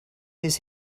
his